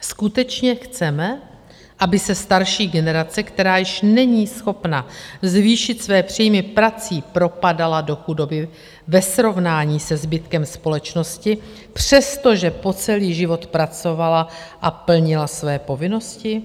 Skutečně chceme, aby se starší generace, která již není schopna zvýšit své příjmy prací, propadala do chudoby ve srovnání se zbytkem společnosti, přes to, že po celý život pracovala a plnila své povinnosti?